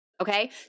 Okay